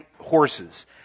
horses